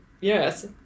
Yes